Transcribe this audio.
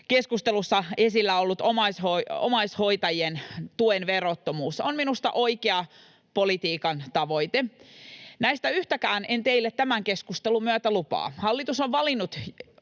keskustelussa esillä ollut omaishoitajien tuen verottomuus on minusta oikea politiikan tavoite. Näistä yhtäkään en teille tämän keskustelun myötä lupaa. Hallitus on valinnut